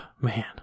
man